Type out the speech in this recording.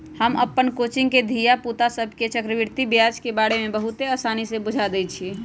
हम अप्पन कोचिंग के धिया पुता सभके चक्रवृद्धि ब्याज के बारे में बहुते आसानी से बुझा देइछियइ